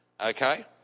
Okay